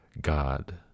God